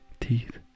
teeth